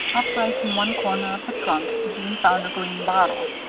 upright in one corner of the trunk, jeanne found a green bottle.